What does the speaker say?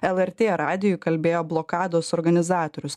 lrt radijui kalbėjo blokados organizatorius